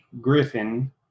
Griffin